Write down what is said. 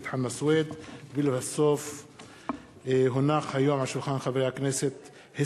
בעקבות הצעה לסדר-היום של חבר הכנסת חנא סוייד.